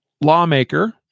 lawmaker